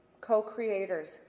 co-creators